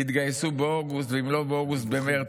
יתגייסו באוגוסט, ואם לא באוגוסט, במרץ.